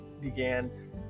began